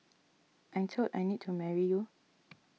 I'm told I need to marry you